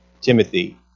Timothy